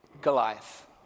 Goliath